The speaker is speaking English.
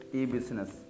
e-business